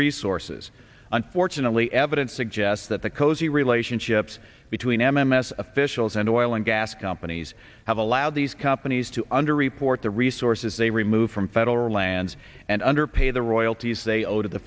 resources unfortunately evidence suggests that the cozy relationships between m m s officials and oil and gas companies have allowed these companies to under report the resources they remove from federal lands and under pay the royalties they owe to the